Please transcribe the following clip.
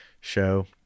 show